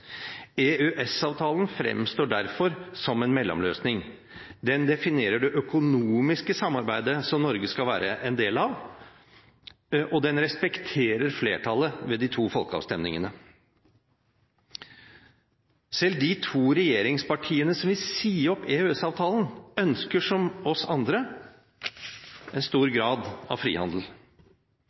fremstår derfor som en mellomløsning. Den definerer det økonomiske samarbeidet som Norge skal være en del av, og den respekterer flertallet ved de to folkeavstemningene. Selv de to regjeringspartiene som vil si opp EØS-avtalen, ønsker – som oss andre – en stor grad av frihandel.